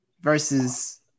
versus